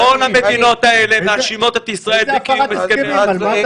איזה הפרת הסכמים?